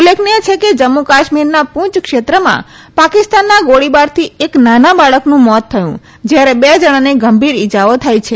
ઉલ્લેખનિય છે કે જમ્મુ કાશ્મીરના પૂંચ ક્ષેત્રમાં પાકિસ્તાનના ગોળીબારથી એક નાના બાળકનું મોત થયું જ્યારે બે જણાને ગંભીર ઈજાઓ થઈ છે